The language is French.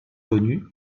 connu